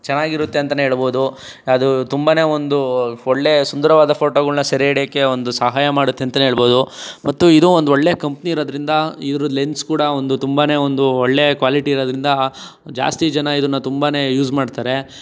ಚೆನಾಗಿರುತ್ತೆ ಅಂತಲೇ ಹೇಳಬಹ್ದು ಅದು ತುಂಬನೇ ಒಂದು ಒಳ್ಳೆ ಸುಂದರವಾದ ಫೋಟೋಗಳನ್ನ ಸೆರೆ ಹಿಡಿಯೋಕ್ಕೆ ಒಂದು ಸಹಾಯ ಮಾಡುತ್ತೆ ಅಂತಲೇ ಹೇಳ್ಬಹುದು ಮತ್ತು ಇದು ಒಂದು ಒಳ್ಳೆಯ ಕಂಪನಿ ಇರೋದ್ರಿಂದ ಇದ್ರದ್ದು ಲೆನ್ಸ್ ಕೂಡ ಒಂದು ತುಂಬನೇ ಒಂದು ಒಳ್ಳೆ ಕ್ವಾಲಿಟಿ ಇರೋದ್ರಿಂದ ಜಾಸ್ತಿ ಜನ ಇದನ್ನು ತುಂಬನೇ ಯೂಸ್ ಮಾಡ್ತಾರೆ